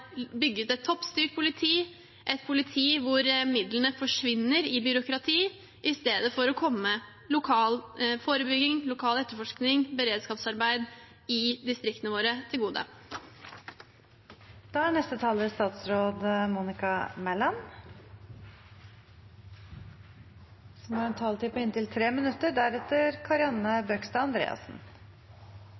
et toppstyrt politi, et politi hvor midlene forsvinner i byråkrati i stedet for å komme lokal forebygging, lokal etterforskning, beredskapsarbeid i distriktene våre til gode. Interpellanten hørte ikke at jeg kunne redegjøre for alle svakhetene ved reformen. Da har